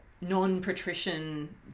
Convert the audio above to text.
non-patrician